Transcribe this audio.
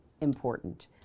important